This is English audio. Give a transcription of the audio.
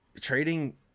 trading